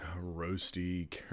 roasty